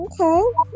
okay